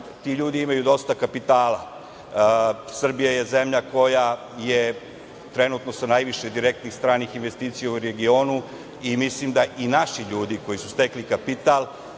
ti ljudi imaju dosta kapitala. Srbija je zemlja koja je trenutno sa najviše direktnih stranih investicija u regionu i mislim da i naši ljudi koji su stekli kapital